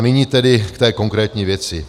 Nyní tedy k té konkrétní věci.